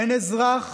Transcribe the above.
אין אזרח